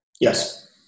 Yes